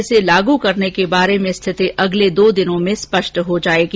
इसे लागू करने के बारे में रिथति अगले दो दिनों में स्पष्ट हो जायेगी